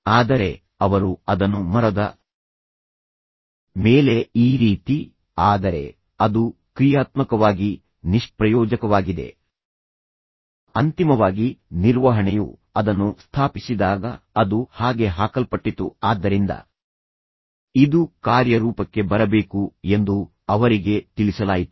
ಆದರೆ ಅವರು ಅದನ್ನು ಮರದ ಮೇಲೆ ಈ ರೀತಿ ಆದರೆ ಅದು ಕ್ರಿಯಾತ್ಮಕವಾಗಿ ನಿಷ್ಪ್ರಯೋಜಕವಾಗಿದೆ ಅಂತಿಮವಾಗಿ ನಿರ್ವಹಣೆಯು ಅದನ್ನು ಸ್ಥಾಪಿಸಿದಾಗ ಅದು ಹಾಗೆ ಹಾಕಲ್ಪಟ್ಟಿತು ಆದ್ದರಿಂದ ಇದು ಕಾರ್ಯರೂಪಕ್ಕೆ ಬರಬೇಕು ಎಂದು ಅವರಿಗೆ ತಿಳಿಸಲಾಯಿತು